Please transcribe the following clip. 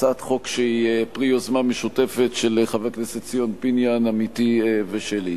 הצעת חוק שהיא פרי יוזמה משותפת של חבר הכנסת ציון פיניאן עמיתי ושלי.